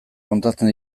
kontatzen